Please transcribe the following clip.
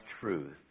truth